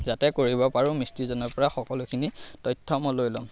যাতে কৰিব পাৰোঁ মিস্ত্ৰীজনৰ পৰা সকলোখিনি তথ্য মই লৈ ল'ম